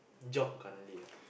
job currently ah